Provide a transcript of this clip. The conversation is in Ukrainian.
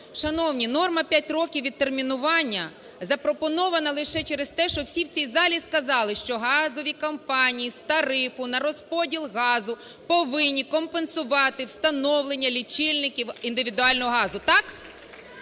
Шановні, норма в 5 років відтермінування запропонована лише через те, що всі в цій залі сказали, що газові компанії з тарифу на розподіл газу повинні компенсувати встановлення лічильників індивідуального газу. Так?